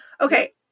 Okay